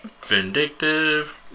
Vindictive